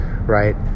right